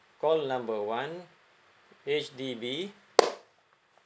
call number one H_D_B